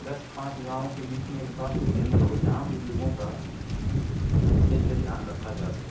दस पाँच गाँव के बीच में एक स्वास्थय केंद्र हो जहाँ बुजुर्गों का अच्छे से ध्यान रखा जा सके